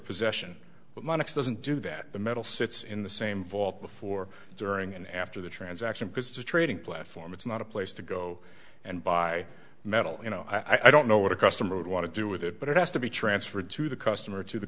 possession but mannix doesn't do that the metal sits in the same vault before during and after the transaction because it's a trading platform it's not a place to go and buy metal you know i don't know what a customer would want to do with it but it has to be transferred to the customer to the